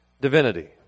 divinity